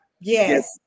Yes